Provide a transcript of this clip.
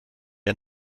ein